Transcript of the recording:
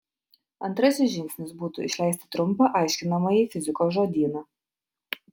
antrasis žingsnis būtų išleisti trumpą aiškinamąjį fizikos žodyną